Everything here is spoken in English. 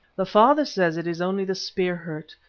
the father says it is only the spear-hurt,